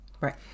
Right